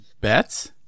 bets